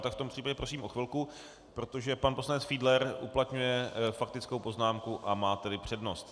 Tak v tom případě prosím o chvilku, protože pan poslanec Fiedler uplatňuje faktickou poznámku, a má tedy přednost.